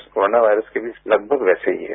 इस corona virus के भी लगभग वैसे ही है